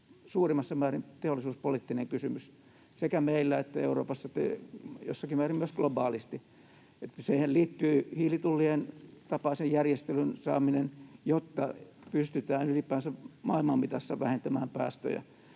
suurimmassa määrin teollisuuspoliittinen kysymys sekä meillä että Euroopassa ja jossakin määrin myös globaalisti. Siihen liittyy hiilitullien tapaisen järjestelyn saaminen, jotta pystytään ylipäänsä maailman mitassa vähentämään päästöjä.